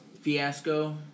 fiasco